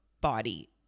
body